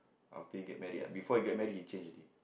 after you get married ah before you get married you change already